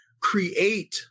create